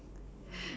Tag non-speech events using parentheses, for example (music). (laughs)